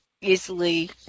easily